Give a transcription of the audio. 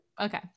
okay